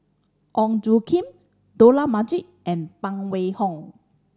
Ong Tjoe Kim Dollah Majid and Phan Wait Hong